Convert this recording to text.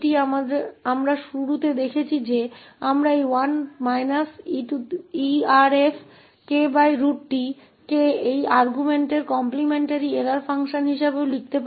और यह हमने शुरुआत में देखा है कि यह erf 1 minus error function k over square root t हम इसे 1 − erf kt को इस तर्क kt के कॉम्प्लिमेंट्री एरर फंक्शन के रूप में भी लिख सकते हैं